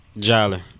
Jolly